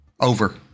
Over